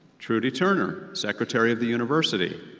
trudy turner, secretary of the university.